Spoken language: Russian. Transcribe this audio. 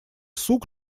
сук